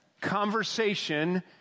conversation